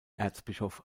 erzbischof